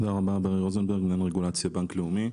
אני מנהל רגולציה בבנק לאומי.